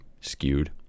skewed